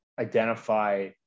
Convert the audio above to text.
identify